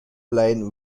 plain